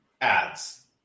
ads